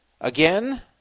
Again